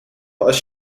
als